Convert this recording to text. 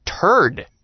turd